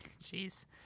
jeez